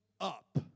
up